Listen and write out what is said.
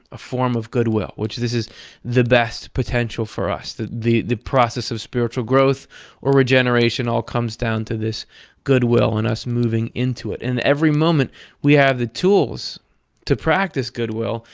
a form of goodwill, which, this is the best potential for us, the the process of spiritual growth or regeneration all comes down to this goodwill and us moving into it. and every moment we have the tools to practice goodwill,